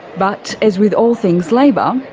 but, as with all things labor,